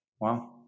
Wow